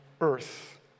earth